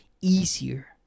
easier